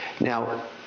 Now